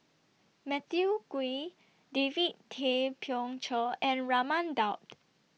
Matthew Ngui David Tay Poey Cher and Raman Daud